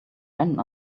ran